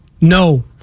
No